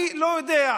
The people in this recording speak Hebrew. אני לא יודע.